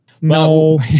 No